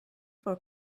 for